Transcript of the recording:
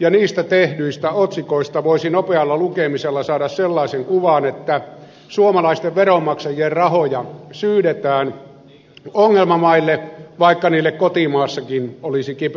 ja niistä tehdyistä otsikoista voisi nopealla lukemisella saada sellaisen kuvan että suomalaisten veronmaksajien rahoja syydetään ongelmamaille vaikka niille kotimaassakin olisi kipeästi tarvetta